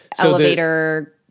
elevator